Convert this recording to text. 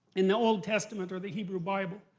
in the old testament, or the hebrew bible.